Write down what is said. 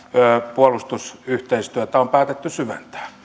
puolustusyhteistyötä on päätetty syventää